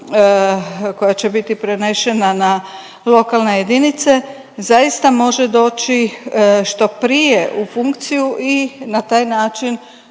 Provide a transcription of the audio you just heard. koja će biti prenešena na lokalne jedinice, zaista može doći što prije u funkciju i na taj način